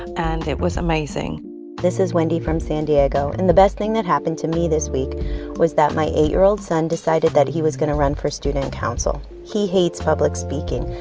and it was amazing this is wendy from san diego. and the best thing that happened to me this week was that my eight year old son decided that he was going to run for student council. he hates public speaking.